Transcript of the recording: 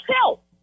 help